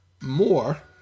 more